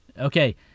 Okay